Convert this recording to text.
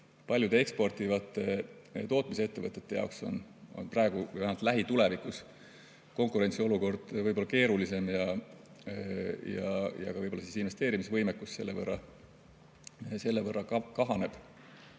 paljude eksportivate tootmisettevõtete jaoks praegu või vähemalt lähitulevikus konkurentsiolukord keerulisem ja investeerimisvõimekus selle võrra kahaneb.